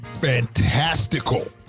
fantastical